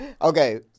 Okay